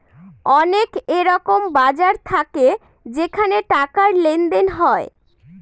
অনেক এরকম বাজার থাকে যেখানে টাকার লেনদেন হয়